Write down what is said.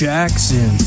Jackson